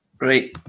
right